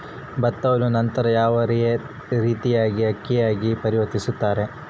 ಭತ್ತವನ್ನ ನಂತರ ಯಾವ ರೇತಿಯಾಗಿ ಅಕ್ಕಿಯಾಗಿ ಪರಿವರ್ತಿಸುತ್ತಾರೆ?